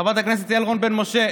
חברת הכנסת יעל רון בן משה,